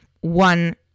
one